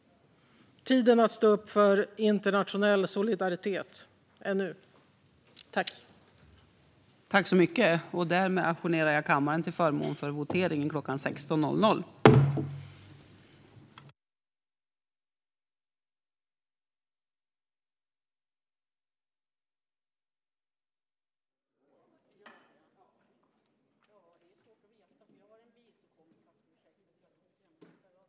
Tiden att stå upp för internationell solidaritet är nu.